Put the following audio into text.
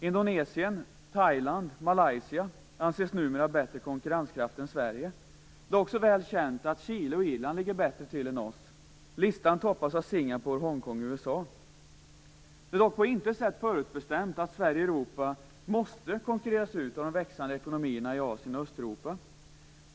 Indonesien, Thailand och Malaysia anses numera ha bättre konkurrenskraft än Sverige. Det är också väl känt att Chile och Irland ligger bättre till än Sverige. Listan toppas av Singapore, Hongkong och USA. Det är dock på intet sätt förutbestämt att Sverige och Europa måste konkurreras ut av de växande ekonomierna i Asien och Östeuropa.